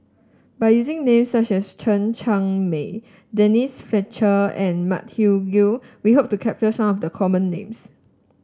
by using names such as Chen Cheng Mei Denise Fletcher and Matthew Ngui we hope to capture some of the common names